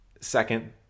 Second